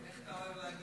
איך אתה אוהב להגיד נאור.